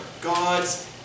God's